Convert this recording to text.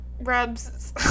rubs